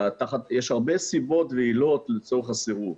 יש הרבה סיבות ועילות לצורך הסירוב.